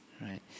right